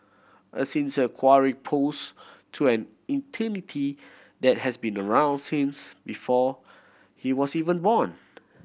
a sincere query pose to an that has been around since before he was even born